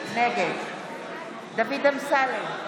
נגד דוד אמסלם,